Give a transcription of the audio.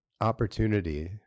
opportunity